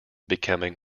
becoming